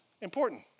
important